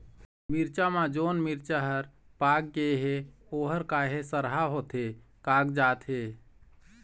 मिरचा म जोन मिरचा हर पाक गे हे ओहर काहे सरहा होथे कागजात हे?